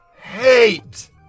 hate